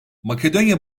makedonya